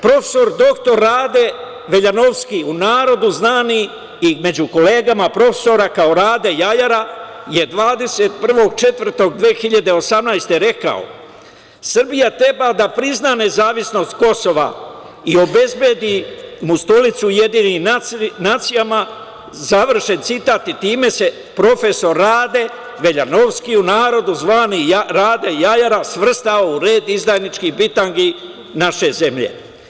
Profesor dr Rade Veljanovski, u narodu znani i među kolegama profesorima kao "Rade jajara" je 21. 4. 2018. godine rekao: "Srbija treba da prizna nezavisnost Kosova i obezbedi mu stolicu u UN", završen citat, i time se profesor Rade Veljanovski, u narodu zvani "Rade jajara", svrstao u red izdajničkih bitangi naše zemlje.